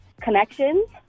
connections